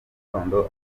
gitondo